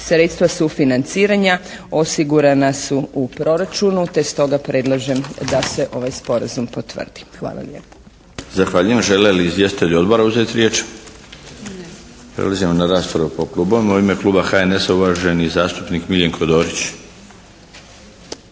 Sredstva sufinanciranja osigurana su u proračunu te stoga predlažem da se ovaj Sporazum potvrdi. Hvala lijepo.